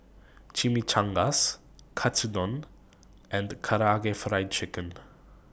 Chimichangas Katsudon and Karaage Fried Chicken